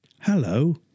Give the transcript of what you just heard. Hello